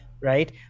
right